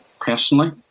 personally